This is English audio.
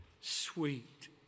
sweet